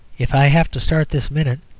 if i have to start this minute,